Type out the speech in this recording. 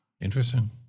Interesting